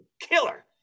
killer